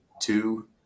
two